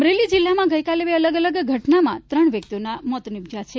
અમરેલી જિલ્લામાં ગઇકાલે બે અલગ અલગ ઘટનામાં ત્રણ વ્યક્તિઓના મોત નિપજયા છે